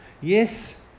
Yes